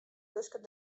tusken